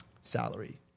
salary